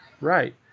Right